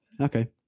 okay